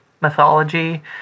mythology